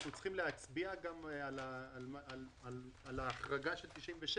אנחנו צריכים להצביע גם על ההחרגה של עמותה מספר 97?